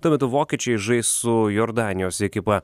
tuo metu vokiečiai žais su jordanijos ekipa